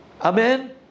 Amen